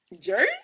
Jersey